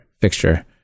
fixture